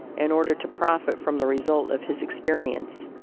in order to profit from the result of his experience.